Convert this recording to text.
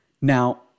Now